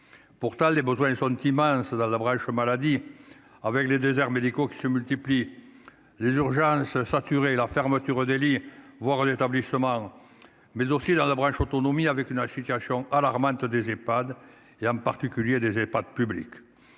pourtant les besoins sont immenses dans la branche maladie avec les déserts médicaux que se multiplient les urgences saturées et la fermeture des lits, voire l'établissement mais aussi dans la branche autonomie avec une âge situation alarmante des Ephad et en particulier des j'ai pas